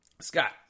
Scott